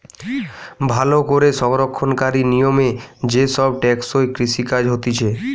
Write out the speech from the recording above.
ভালো করে সংরক্ষণকারী নিয়মে যে সব টেকসই কৃষি কাজ হতিছে